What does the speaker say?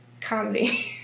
comedy